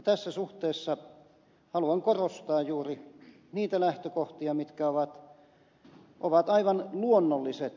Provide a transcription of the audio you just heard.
tässä suhteessa haluan korostaa juuri niitä lähtökohtia mitkä ovat aivan luonnolliset